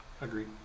Agreed